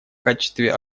качестве